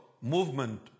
movement